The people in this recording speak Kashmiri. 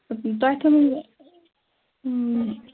تۄہہِ کٔمۍ